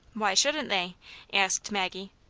why shouldn't they asked maggie.